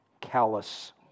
callous